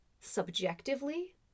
subjectively